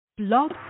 Love